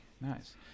Nice